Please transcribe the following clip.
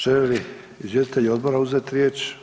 Želi li izvjestitelj odbora uzeti riječ?